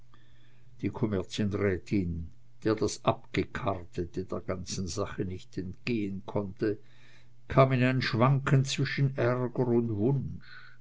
die kommerzienrätin der das abgekartete der ganzen sache nicht entgehen konnte kam in ein schwanken zwischen ärger und